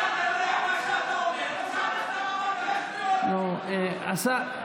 מה שאתה אומר או שאתה סתם אמרת, אוקיי.